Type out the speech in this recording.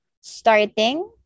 starting